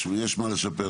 יש מה לשפר.